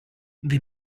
the